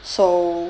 so